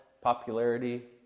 popularity